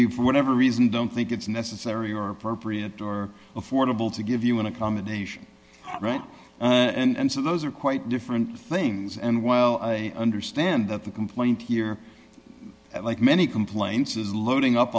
we for whatever reason don't think it's necessary or appropriate or affordable to give you an accommodation right and so those are quite different things and while i understand that the complaint here like many complaints is loading up